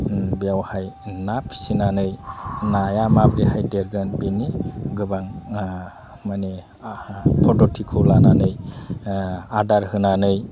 बेयावहाय ना फिसिनानै नाया माब्रैहाय देरगोन बिनि गोबां मानि आहा फदथिखौ लानानै आदार होनानै